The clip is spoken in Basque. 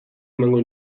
emango